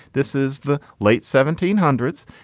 this is the late seventeen hundreds.